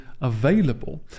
available